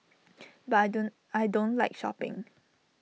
but I don't I don't like shopping